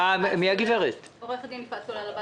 אני עו"ד יפעת סולל.